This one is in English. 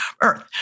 Earth